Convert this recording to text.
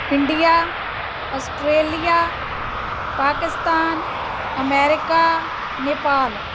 India Australia Pakistan America Nepal